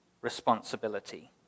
responsibility